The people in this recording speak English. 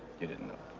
you didn't know.